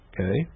Okay